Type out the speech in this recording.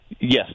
Yes